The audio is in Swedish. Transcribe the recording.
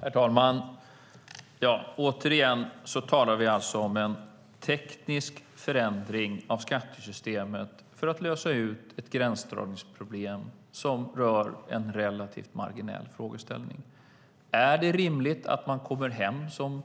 Herr talman! Återigen talar vi alltså om en teknisk förändring av skattesystemet för att lösa ett gränsdragningsproblem som rör en relativt marginell fråga. Är det orimligt att en